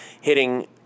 hitting